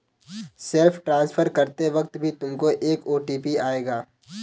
self transfer करते वक्त भी तुमको एक ओ.टी.पी आएगा